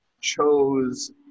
chose